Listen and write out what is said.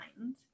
mind